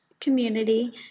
community